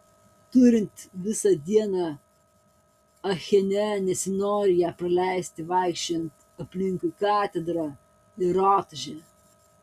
turint visą dieną achene nesinori ją praleisti vaikščiojant aplinkui katedrą ir rotušę